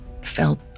felt